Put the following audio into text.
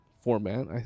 format